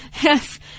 Yes